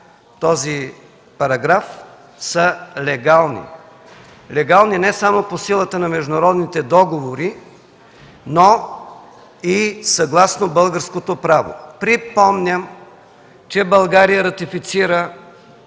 този параграф, са легални. Легални са не само по силата на международните договори, но и съгласно българското право. Припомням, че България ратифицира